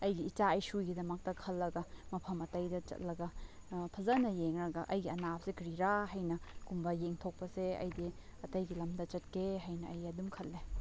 ꯑꯩꯒꯤ ꯏꯆꯥ ꯏꯁꯨꯒꯤꯗꯃꯛꯇ ꯈꯜꯂꯒ ꯃꯐꯝ ꯑꯇꯩꯗ ꯆꯠꯂꯒ ꯐꯖꯅ ꯌꯦꯡꯂꯒ ꯑꯩꯒꯤ ꯑꯅꯥꯕꯁꯦ ꯀꯔꯤꯔꯥ ꯍꯥꯏꯅꯒꯨꯝꯕ ꯌꯦꯡꯊꯣꯛꯄꯁꯦ ꯑꯩꯗꯤ ꯑꯇꯩꯒꯤ ꯂꯝꯗ ꯆꯠꯀꯦ ꯍꯥꯏꯅ ꯑꯩ ꯑꯗꯨꯝ ꯈꯜꯂꯦ